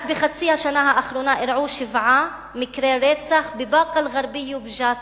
רק בחצי השנה האחרונה אירעו שבעה מקרי רצח בבאקה-אל-ע'רביה ובג'ת,